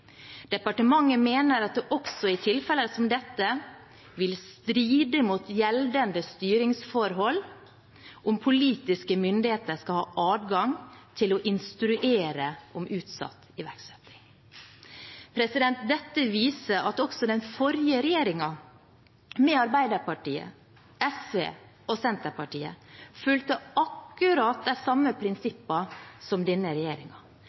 Departementet mener at det også i tilfeller som dette vil stride mot gjeldende styringsforhold om politiske myndigheter skal ha adgang til å instruere om utsatt iverksetting.» Dette viser at også den forrige regjeringen, med Arbeiderpartiet, SV og Senterpartiet, fulgte akkurat de samme prinsippene som denne